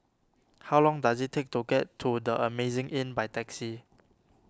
how long does it take to get to the Amazing Inn by taxi